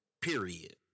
Period